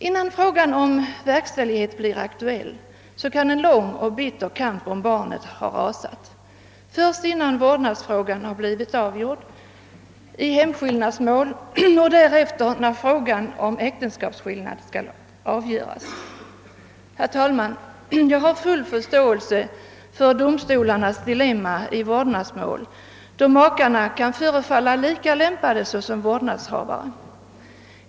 Innan frågan om verkställighet blir aktuell kan en lång och bitter kamp om barnet ha rasat, först innan vårdnadsfrågan blivit avgjord i hemskillnadsmål och därefter när frågan om äktenskapsskillnad skall avgöras. Herr talman! Jag har full förståelse för domstolarnas dilemma i vårdnadsmål där makarna kan förefalla lika lämpade såsom vårdnadshavare.